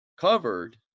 covered